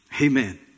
Amen